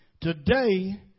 Today